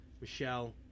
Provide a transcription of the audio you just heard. Michelle